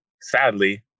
Sadly